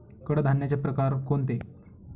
कडधान्याचे प्रकार कोणते?